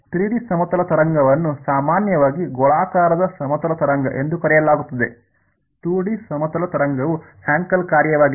3 D ಸಮತಲ ತರಂಗವನ್ನು ಸಾಮಾನ್ಯವಾಗಿ ಗೋಳಾಕಾರದ ಸಮತಲ ತರಂಗ ಎಂದು ಕರೆಯಲಾಗುತ್ತದೆ 2 ಡಿ ಸಮತಲ ತರಂಗವು ಹ್ಯಾಂಕೆಲ್ ಕಾರ್ಯವಾಗಿದೆ